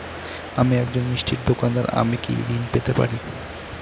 আমি একজন মিষ্টির দোকাদার আমি কি ঋণ পেতে পারি?